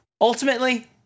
ultimately